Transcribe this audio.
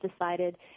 decided